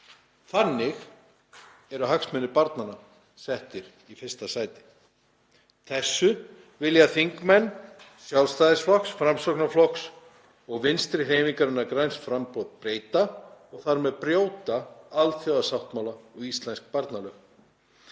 Þannig eru hagsmunir barnanna settir í fyrsta sæti. Þessu vilja þingmenn Sjálfstæðisflokks, Framsóknarflokks og Vinstrihreyfingarinnar – græns framboðs breyta og þar með brjóta alþjóðasáttmála og íslensk barnalög.